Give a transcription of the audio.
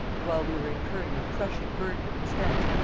and while we were incurring a crushing burden of expense,